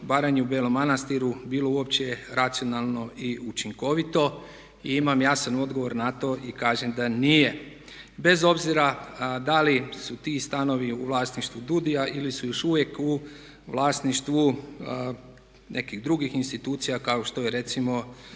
Baranji, u Belom Manastiru bilo uopće racionalno i učinkovito i imam jasan odgovor na to i kažem da nije. Bez obzira da li su ti stanovi u vlasništvu DUUDI-a ili su još uvijek u vlasništvu nekih drugih institucija kako što je recimo